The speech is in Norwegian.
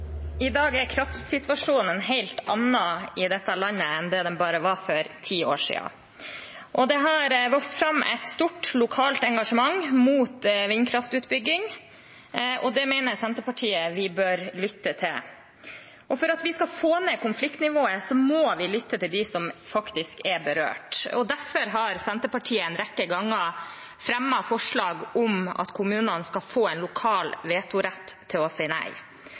kraftsituasjonen en helt annen i dette landet enn det den var for bare ti år siden. Det har vokst fram et stort lokalt engasjement mot vindkraftutbygging, og det mener Senterpartiet vi bør lytte til. For at vi skal få ned konfliktnivået, må vi lytte til dem som faktisk er berørt, og derfor har Senterpartiet en rekke ganger fremmet forslag om at kommunene skal få en lokal vetorett til å si nei.